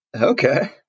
Okay